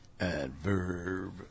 Adverb